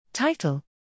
Title